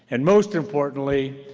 and most importantly,